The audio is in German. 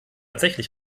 tatsächlich